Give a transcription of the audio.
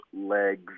legs